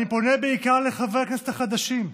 אני פונה בעיקר לחברי הכנסת החדשים,